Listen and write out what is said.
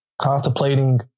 Contemplating